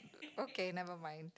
okay never mind